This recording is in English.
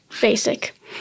Basic